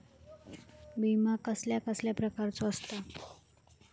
विमा कसल्या कसल्या प्रकारचो असता?